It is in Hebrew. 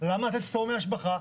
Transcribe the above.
למה לתת פטור מהשבחה?